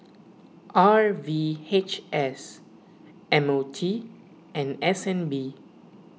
R V H S M O T and S N B